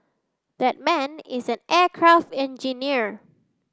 that man is an aircraft engineer